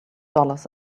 dollars